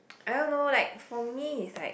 I don't know like for me it's like